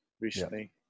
recently